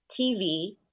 TV